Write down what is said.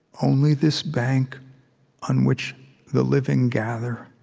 only this bank on which the living gather